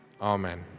Amen